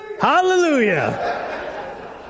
Hallelujah